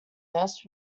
this